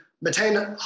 maintain